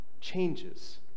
changes